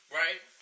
right